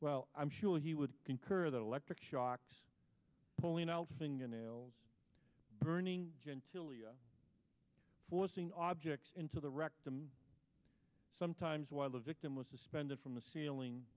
well i'm sure he would concur that electric shocks pulling out fingernails burning gentilly are forcing objects into the rectum sometimes while the victim was suspended from the ceiling